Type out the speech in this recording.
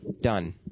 done